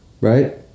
right